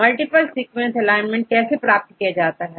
multiple sequence alignment कैसे प्राप्त करेंगे